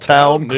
Town